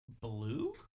blue